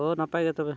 ᱦᱳ ᱱᱟᱯᱟᱭᱜᱮ ᱛᱚᱵᱮ